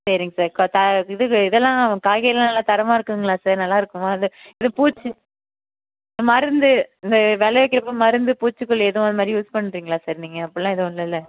சரிங் சார் க த இதுவு இதெல்லாம் காய்கறியெலாம் நல்லா தரமாக இருக்குங்களா சார் நல்லா இருக்குமா இது இது பூச்சி மருந்து இந்த விளைவிக்கிறதுக்கு மருந்து பூச்சுக்கொல்லி எதுவும் அந்த மாரி யூஸ் பண்ணுறீங்களா சார் நீங்கள் அப்படியெல்லாம் எதுவும் இல்லல்லை